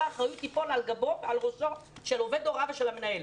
האחריות תיפול על ראשו של עובד הוראה ושל המנהל.